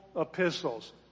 epistles